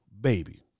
baby